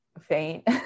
Faint